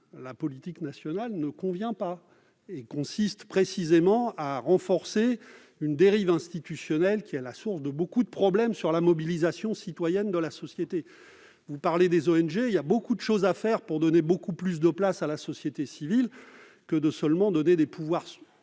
la politique nationale ne convient pas. Elle consiste précisément à renforcer une dérive institutionnelle qui est à la source de beaucoup de problèmes quant à la mobilisation citoyenne de la société. Puisque vous parlez des ONG, il y aurait bien d'autres choses à faire pour donner plus de place à la société civile que de donner des pouvoirs